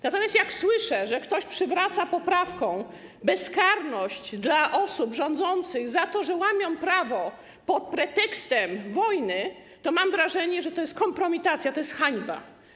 Natomiast jak słyszę, że ktoś przywraca poprawką bezkarność dla osób rządzących za to, że łamią prawo pod pretekstem wojny, to mam wrażenie, że to jest kompromitacja, to jest hańba.